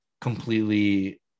completely